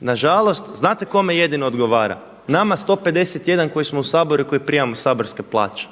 nažalost znate kome jedino odgovara, nama 151 koji smo u Saboru i koji primamo saborske plaće,